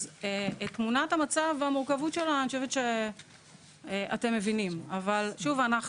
אז תמונת המצב והמורכבות שלה אני חושבת שאתם מבינים אבל שוב,